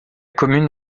commune